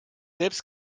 selbst